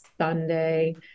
Sunday